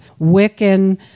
Wiccan